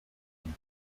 and